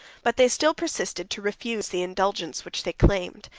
but they still persisted to refuse the indulgence which they claimed.